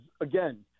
again